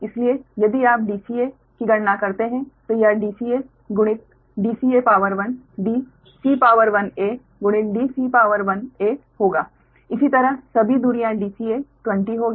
इसलिए यदि आप dca की गणना करते हैं तो यह dca गुणित dca dca गुणित dca होगा इसी तरह सभी दूरियां dca 20 होगी